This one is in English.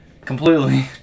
completely